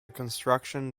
construction